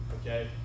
okay